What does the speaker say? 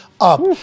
up